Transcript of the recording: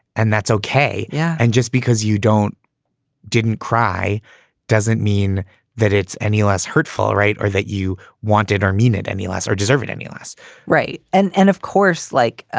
and that's okay. yeah. and just because you don't didn't cry doesn't mean that it's any less hurtful. right. or that you wanted or mean it any less or deserved any less right. and and of course, like